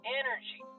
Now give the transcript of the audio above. energy